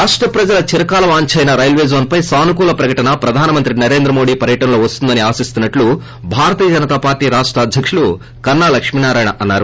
రాష్ట ప్రజల చిరకాల వాంచైన రైల్వే జోన్ పై సానుకూల ప్రకటన ప్రధానమంత్రి నరేంద్ర మోదీ పర్వటనలో వస్తుందన ఆశిస్తున్నట్లు భారతీయ జనతాపార్లీ రాష్ట అధ్యకుడు కన్నా లక్ష్మీ నారాయణ అన్నారు